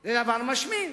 זה דבר משמין,